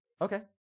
Okay